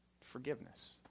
Forgiveness